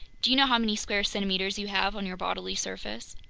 do you know how many square centimeters you have on your bodily surface?